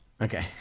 okay